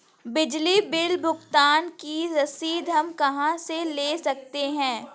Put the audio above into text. बिजली बिल भुगतान की रसीद हम कहां से ले सकते हैं?